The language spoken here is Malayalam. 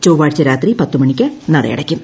ചൊവ്വാഴ്ച രാത്രി പത്തുമണിക്ക് നട അടയ്ക്കും